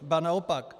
Ba naopak.